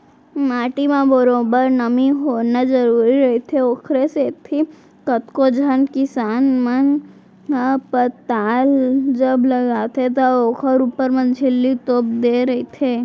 माटी म बरोबर नमी होना जरुरी रहिथे, ओखरे सेती कतको झन किसान मन ह पताल जब लगाथे त ओखर ऊपर म झिल्ली तोप देय रहिथे